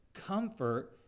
comfort